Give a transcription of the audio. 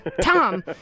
Tom